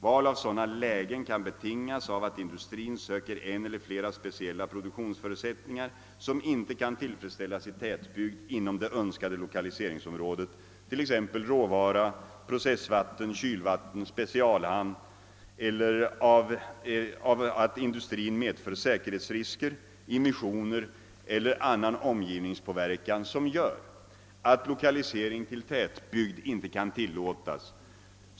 Val av sådana lägen kan betingas av att industrin söker en eller flera speciella produktionsförutsättningar, som inte kan tillfredsställas i tätbygd inom det önskade lokaliseringsområdet, t.ex. råvara, processvatten, kylvatten, specialhamn e.d., eller av att industrin medför säkerhetsrisker, immissioner eller annan omgivningspåverkan som gör, att lokalisering till tätbygd inte kan tillåtas.